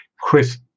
chris